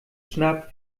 schnapp